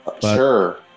sure